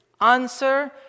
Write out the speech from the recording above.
Answer